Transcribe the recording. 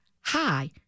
Hi